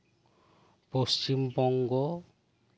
Paschim Banga